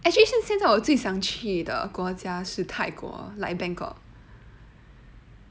actually 现在我最想去的国家是泰国 like bangkok